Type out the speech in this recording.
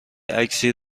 عکسی